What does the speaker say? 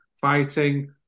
fighting